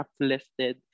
uplifted